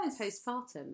postpartum